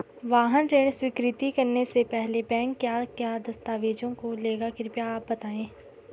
वाहन ऋण स्वीकृति करने से पहले बैंक क्या क्या दस्तावेज़ों को लेगा कृपया आप बताएँगे?